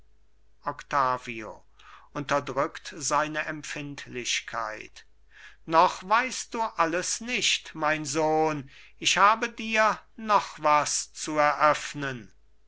octavio unterdrückt seine empfindlichkeit noch weißt du alles nicht mein sohn ich habe dir noch was zu eröffnen